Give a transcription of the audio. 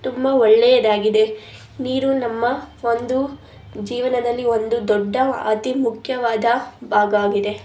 ತುಂಬ ಒಳ್ಳೆಯದಾಗಿದೆ ನೀರು ನಮ್ಮ ಒಂದು ಜೀವನದಲ್ಲಿ ಒಂದು ದೊಡ್ಡ ಅತಿ ಮುಖ್ಯವಾದ ಭಾಗ ಆಗಿದೆ